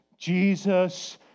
Jesus